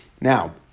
Now